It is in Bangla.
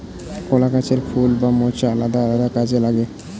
কলা গাছের ফুল বা মোচা আলাদা আলাদা কাজে লাগে